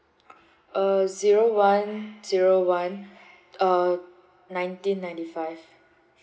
uh zero one zero one uh nineteen ninety five